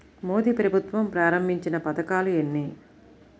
మోదీ ప్రభుత్వం ప్రారంభించిన పథకాలు ఎన్ని?